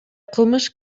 кылмыш